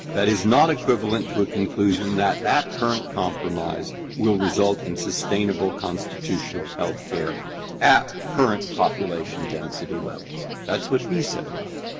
that is not equivalent to a conclusion that that current compromise will result in sustainable constitutional healthcare at current population density levels. that's what he said about it.